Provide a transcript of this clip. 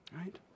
right